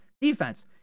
defense